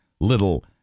little